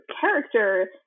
character